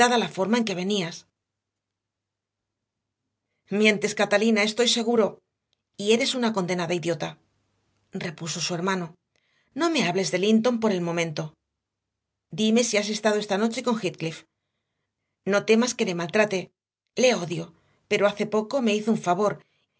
la forma en que venías mientes catalina estoy seguro y eres una condenada idiota repuso su hermano no me hables de linton por el momento dime si has estado esta noche con heathcliff no temas que le maltrate le odio pero hace poco me hizo un favor